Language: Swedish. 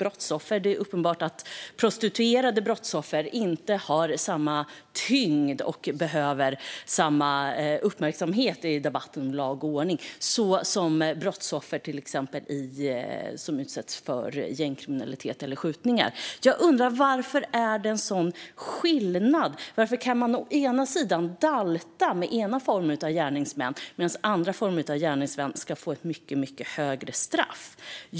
Det är uppenbart att prostituerade brottsoffer inte har samma tyngd och inte behöver samma uppmärksamhet i debatten om lag och ordning som till exempel brottsoffer som utsätts för gängkriminalitet eller skjutningar. Jag undrar varför det är en sådan skillnad. Varför kan man dalta med en typ av gärningsmän medan andra typer av gärningsmän ska få ett mycket hårdare straff?